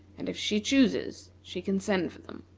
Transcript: and if she chooses she can send for them.